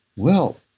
well,